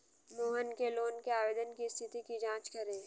मोहन के लोन के आवेदन की स्थिति की जाँच करें